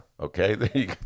Okay